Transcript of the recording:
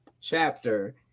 chapter